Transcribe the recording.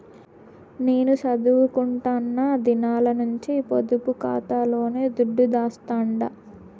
నేను సదువుకుంటున్న దినాల నుంచి పొదుపు కాతాలోనే దుడ్డు దాస్తండా